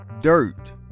Dirt